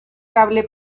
cable